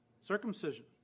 Circumcision